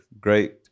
great